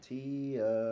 Tia